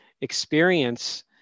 experience